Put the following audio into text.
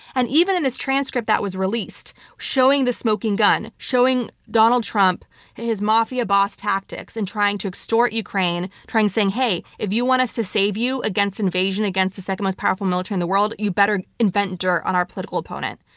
and even in this transcript that was released showing the smoking gun, showing donald trump and his mafia boss tactics in trying to extort ukraine, saying hey, if you want us to save you against invasion against the second most powerful military in the world, you better invent dirt on our political opponent.